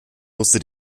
musste